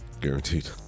guaranteed